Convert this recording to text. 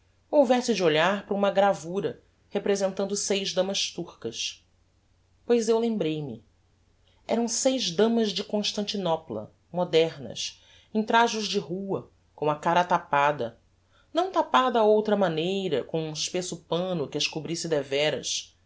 houvesse de olhar para uma gravura representando seis damas turcas pois eu lembrei-me eram seis damas de constantinopla modernas em trajos de rua com a cara tapada não tapada á outra maneira com um espesso panno que as cobrisse devéras